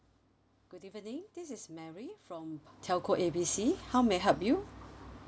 good evening this is mary from telco A B C how may I help you